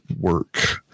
work